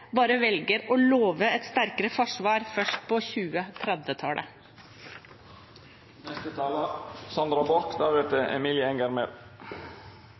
bare velger å love et sterkere forsvar først på